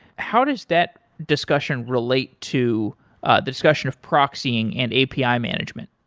how does that discussion relate to the discussion of proxying and api ah management?